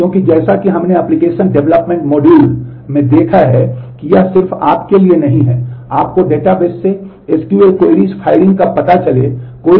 क्योंकि जैसा कि हमने एप्लिकेशन डेवलपमेंट मॉड्यूल को फायर नहीं करेगा